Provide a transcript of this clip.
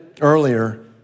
earlier